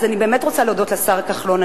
אז אני באמת רוצה להודות לשר כחלון.